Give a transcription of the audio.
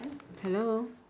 hello